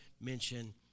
mention